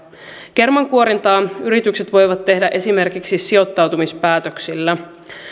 kermankuorintaa yritykset voivat tehdä esimerkiksi sijoittautumispäätöksillä